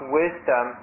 wisdom